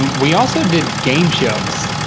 we also did game shows,